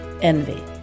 envy